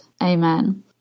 Amen